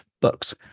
books